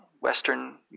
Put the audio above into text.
Western